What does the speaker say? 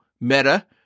Meta